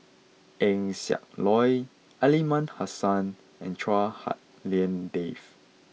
Eng Siak Loy Aliman Hassan and Chua Hak Lien Dave